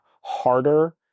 harder